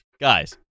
Guys